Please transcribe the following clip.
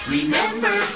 Remember